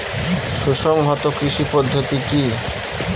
সুসংহত কৃষি পদ্ধতি কি?